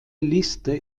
liste